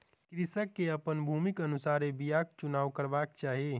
कृषक के अपन भूमिक अनुसारे बीयाक चुनाव करबाक चाही